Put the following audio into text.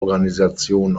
organisation